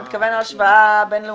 אתה מתכוון השוואה בין-לאומית?